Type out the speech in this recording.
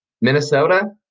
Minnesota